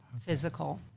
physical